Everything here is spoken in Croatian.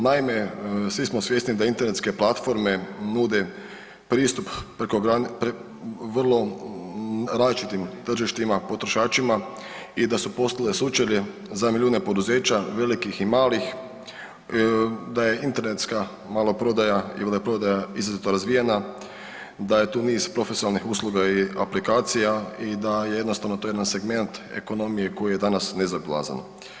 Naime, svi smo svjesni da internetske platforme nude pristup preko, vrlo različitim tržištima potrošačima i da su postale sučelje za milijune poduzeća velikih i malih, da je internetska maloprodaja il da je prodaja izrazito razvijena, da je tu niz profesionalnih usluga i aplikacija i da je jednostavno to jedan segmenat ekonomije koji je danas nezaobilazan.